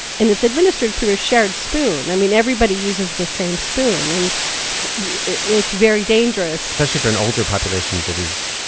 and it's administered through a shared spoon. i mean, everybody uses the same spoon. and it's very dangerous especially for an older population that is,